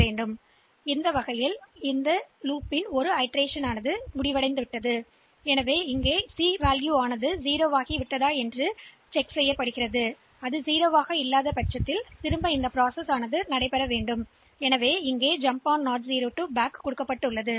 எனவே உள் சுழற்சியின் இந்த மறு செய்கை ஜம்ப் ஓவர் ஜம்ப் ஆகும் குறிப்பு நேரம் 1737 0 க்கு பின்னால் அல்ல அது எங்களை பின்னுக்கு அழைத்துச் செல்லுங்கள் அது இருந்தால் அது மீண்டும் இங்கே உள்ளது